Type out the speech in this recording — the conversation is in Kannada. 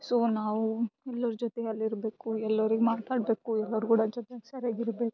ಸೋ ನಾವೂ ಎಲ್ಲರ ಜೊತೆಯಲ್ಲಿರಬೇಕು ಎಲ್ಲಾರಿಗೆ ಮಾತಾಡಬೇಕು ಎಲ್ಲರ ಕೂಡ ಜೊತೆಯಾಗಿ ಸರ್ಯಾಗಿ ಇರ್ಬೇಕು